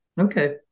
Okay